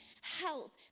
help